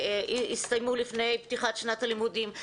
יסתיימו לפני פתיחת שנת הלימודים.